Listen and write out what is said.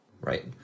Right